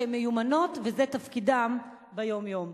שהן מיומנות וזה תפקידן ביום-יום.